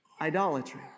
idolatry